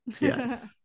Yes